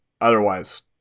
otherwise